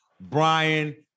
Brian